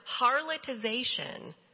harlotization